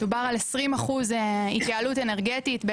דובר על 20% התייעלות אנרגטית,